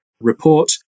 report